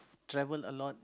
travel a lot